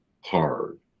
hard